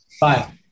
bye